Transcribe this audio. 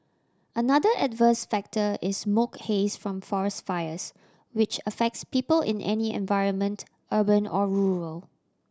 another adverse factor is smoke haze from forest fires which affects people in any environment urban or rural